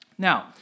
Now